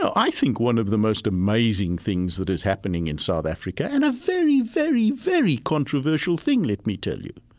i think one of the most amazing things that is happening in south africa and a very, very, very controversial thing, let me tell you,